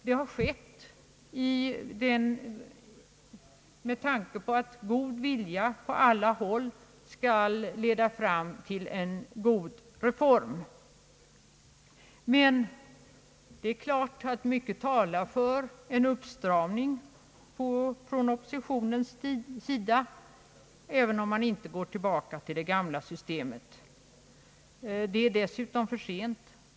Det har skett med tanke på att god vilja på alla håll skall leda till en lämplig reform. Men det är klart att mycket talar för en uppstramning från oppositionens sida, även om man inte går tillbaka till det gamla systemet. Det är dessutom för sent.